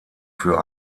für